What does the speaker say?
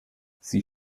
sie